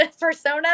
persona